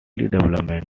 development